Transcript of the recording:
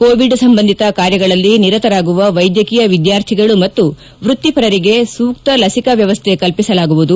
Covid ಸಂಬಂಧಿತ ಕಾರ್ಯಗಳಲ್ಲಿ ನಿರತರಾಗುವ ವೈದ್ಯಕೀಯ ವಿದ್ಯಾರ್ಥಿಗಳು ಮತ್ತು ವ್ಯಕ್ತಿಪರರಿಗೆ ಸೂಕ್ತ ಲಸಿಕಾ ವ್ನವಸ್ಥೆ ಕಲ್ಪಿಸಲಾಗುವುದು